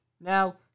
Now